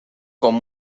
con